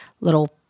little